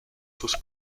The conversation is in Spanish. sus